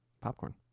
Popcorn